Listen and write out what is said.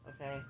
Okay